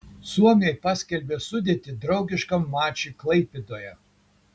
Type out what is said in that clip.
suomiai paskelbė sudėtį draugiškam mačui klaipėdoje